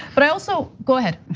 but i also, go ahead.